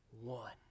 one